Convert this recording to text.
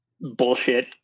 bullshit